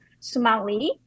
Sumali